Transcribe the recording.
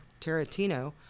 Tarantino